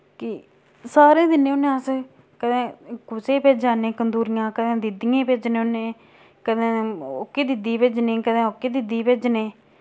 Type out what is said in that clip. कि सारें दिन्ने होन्ने अस कदैं कुसे भेजा ने कंदूरियां कदैं दीदियें भेजने होन्ने कदैं ओह्की दीदी ही भेजने कदैं ओह्की दीदी ही भेजने